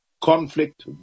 conflict